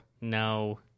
No